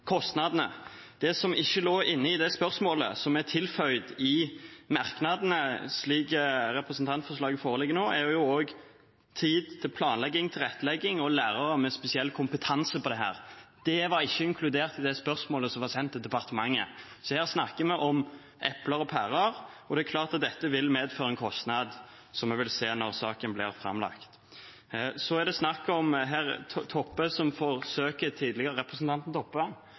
kostnadene. Det som ikke lå inne i det spørsmålet, som er tilføyd i merknadene, slik innstillingen nå foreligger, er tid til planlegging og tilrettelegging og å ha lærere med spesiell kompetanse på dette. Det var ikke inkludert i det spørsmålet som var sendt til departementet. Så her snakker vi om epler og pærer. Det er klart at dette vil medføre en kostnad, noe vi vil se når saken blir framlagt. Så til representanten Toppe, som tidligere